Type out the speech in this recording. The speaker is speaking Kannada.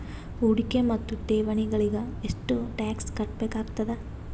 ಹೂಡಿಕೆ ಮತ್ತು ಠೇವಣಿಗಳಿಗ ಎಷ್ಟ ಟಾಕ್ಸ್ ಕಟ್ಟಬೇಕಾಗತದ?